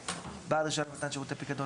(1)בעל רישיון לתן שירותי פיקדון